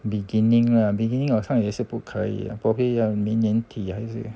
beginning lah beginning 好像也是不可以 probably 要明年底还是